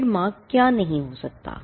trademark क्या नहीं हो सकता